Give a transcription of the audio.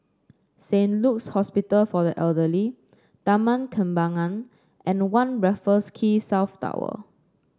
Saint Luke's Hospital for the Elderly Taman Kembangan and a One Raffles Quay South Tower